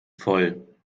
voll